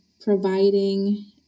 providing